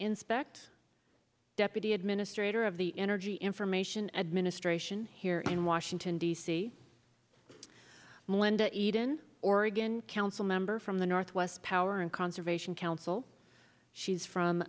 inspect deputy administrator of the energy information administration here in washington d c melinda eden oregon council member from the northwest power and conservation council she's from